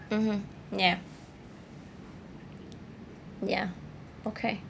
mmhmm ya ya okay